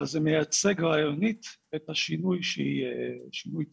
אבל זה מייצג רעיונית את השינוי שהוא שינוי תפיסתי.